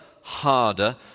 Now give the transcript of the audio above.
harder